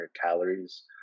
calories